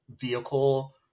vehicle